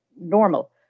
normal